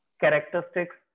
characteristics